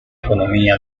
economía